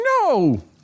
No